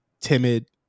timid